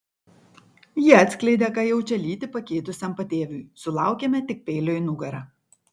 ji atskleidė ką jaučia lytį pakeitusiam patėviui sulaukėme tik peilio į nugarą